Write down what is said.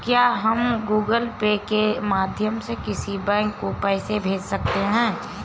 क्या हम Google Pay के माध्यम से किसी बैंक को पैसे भेज सकते हैं?